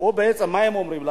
מה הם אומרים לנו,